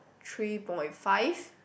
three point five